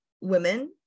women